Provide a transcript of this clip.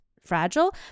fragile